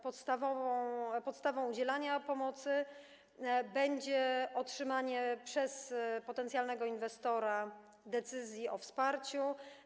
Podstawą udzielania pomocy będzie otrzymanie przez potencjalnego inwestora decyzji o wsparciu.